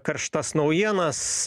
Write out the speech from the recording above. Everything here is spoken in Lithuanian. karštas naujienas